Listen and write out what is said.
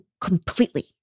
completely